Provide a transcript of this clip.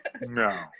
no